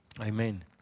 Amen